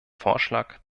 vorschlag